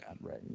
right